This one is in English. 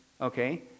okay